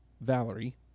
Valerie